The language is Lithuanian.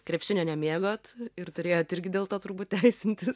krepšinio nemėgot ir turėjot irgi dėl to turbūt teisintis